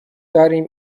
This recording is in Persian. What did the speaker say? داریم